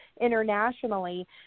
internationally